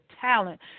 talent